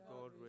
God